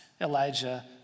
Elijah